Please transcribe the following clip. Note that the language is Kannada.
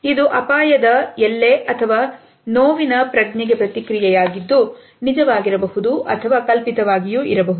ಇದು ಅಪಾಯದ ಎಲೆ ಅಥವಾ ನೋವಿನ ಪ್ರಜ್ಞೆಗೆ ಪ್ರತಿಕ್ರಿಯೆ ಯಾಗಿದ್ದು ನಿಜವಾಗಿರಬಹುದು ಅಥವಾ ಕಲ್ಪಿತವಾಗಿರಬಹುದು